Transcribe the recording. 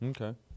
Okay